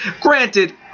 granted